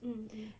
mm mm